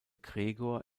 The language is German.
gregor